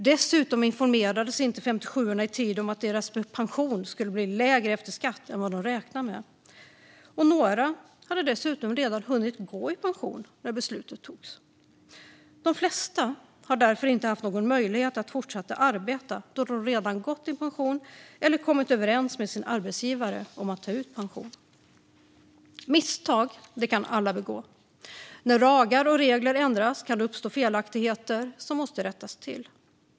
Dessutom informerades inte 57:orna i tid om att deras pension skulle bli lägre efter skatt än vad de räknat med, och några hade dessutom redan hunnit gå i pension när beslutet togs. De flesta har därför inte haft någon möjlighet att fortsätta att arbeta då de redan gått i pension eller kommit överens med sin arbetsgivare om att ta ut pension. Misstag kan alla begå. När lagar och regler ändras kan det uppstå felaktigheter som måste rättats till.